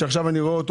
שעכשיו אני רואה אותו,